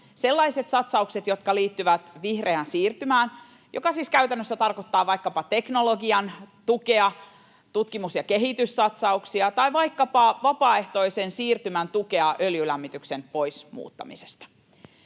sellaiset satsaukset, jotka liittyvät vihreään siirtymään, joka siis käytännössä tarkoittaa vaikkapa teknologian tukea, tutkimus- ja kehityssatsauksia tai vaikkapa vapaaehtoisen siirtymän tukea öljylämmityksen pois muuttamisesta.